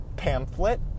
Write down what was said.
pamphlet